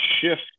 shift